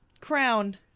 crown